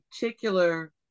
particular